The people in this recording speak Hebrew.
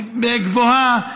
גדר גבוהה,